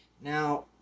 Now